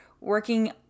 working